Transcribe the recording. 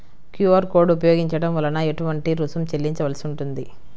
QR code ఉపయోగించటం వలన ఏటువంటి రుసుం చెల్లించవలసి ఉంటుంది?